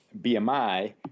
BMI